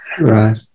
Right